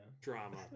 drama